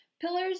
Pillars